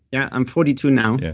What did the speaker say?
yeah i'm forty two now. yeah